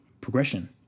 progression